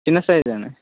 చిన్న సైజనే